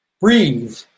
Breathe